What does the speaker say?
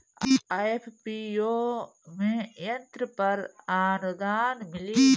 FPO में यंत्र पर आनुदान मिँली?